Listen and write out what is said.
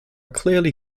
clearly